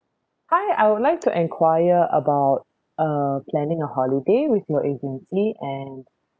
hi I would like to enquire about uh planning a holiday with your agency and